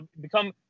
become